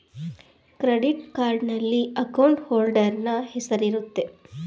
credit ಕಾರ್ಡ್ನಲ್ಲಿ account holder ನ ಹೆಸರಿರುತ್ತೆ